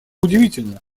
удивительно